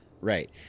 Right